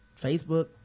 Facebook